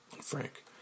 Frank